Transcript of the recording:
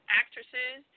actresses